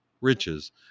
riches